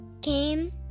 came